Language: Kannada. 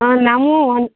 ಹಾಂ ನಾವು ಒನ್